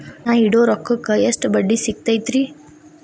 ನಾ ಇಡೋ ರೊಕ್ಕಕ್ ಎಷ್ಟ ಬಡ್ಡಿ ಸಿಕ್ತೈತ್ರಿ?